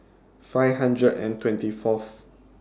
five hundred and twenty Fourth